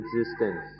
existence